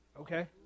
okay